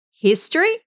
History